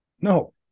No